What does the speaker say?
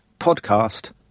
podcast